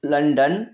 London